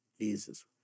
Jesus